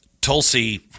Tulsi